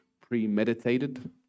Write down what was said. premeditated